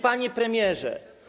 Panie Premierze!